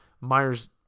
Myers